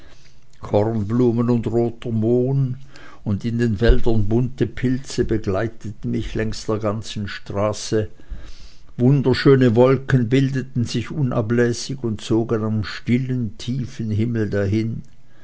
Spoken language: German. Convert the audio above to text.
kornblumen und roter mohn und in den wäldern bunte pilze begleiteten mich längs der ganzen straße wunderschöne wolken bildeten sich unablässig und zogen am tiefen stillen himmel dahin